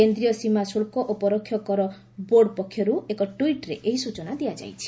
କେନ୍ଦ୍ରୀୟ ସୀମା ଶୁଲ୍କ ଓ ପରୋକ୍ଷ କର ବୋର୍ଡ଼ ପକ୍ଷରୁ ଏକ ଟ୍ୱିଟ୍ରେ ଏହି ସ୍ଚନା ଦିଆଯାଇଛି